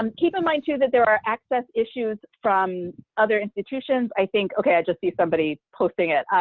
um keep in mind too that there are access issues from other institutions, i think, okay i just see somebody posting it.